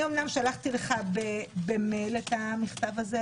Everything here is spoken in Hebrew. אני אומנם שלחתי לך במייל את המכתב הזה,